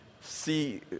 see